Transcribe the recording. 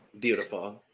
Beautiful